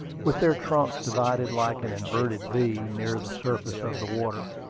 with their trunks divided like an inverted v, near the surface of the water.